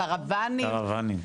הקרוונים,